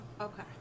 Okay